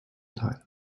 teil